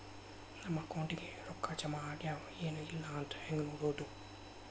ನಮ್ಮ ಅಕೌಂಟಿಗೆ ರೊಕ್ಕ ಜಮಾ ಆಗ್ಯಾವ ಏನ್ ಇಲ್ಲ ಅಂತ ಹೆಂಗ್ ನೋಡೋದು?